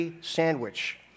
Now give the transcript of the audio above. sandwich